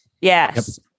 Yes